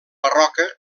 barroca